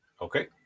Okay